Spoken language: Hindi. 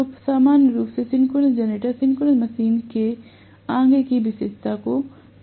तो सामान्य रूप से सिंक्रोनस जनरेटर सिंक्रोनस मशीन के आगे की विशेषता को देखेंगे